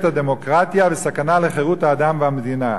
הדמוקרטיה וסכנה לחירות האדם והמדינה.